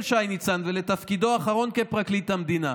שי ניצן ולתפקידו האחרון כפרקליט המדינה.